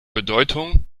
bedeutung